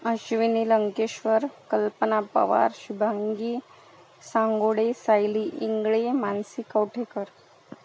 Ashwini Lankeshwar Kalpana Pawar Shubhangi Sangode Sayali Ingale Mansi Kavathekar